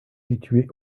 située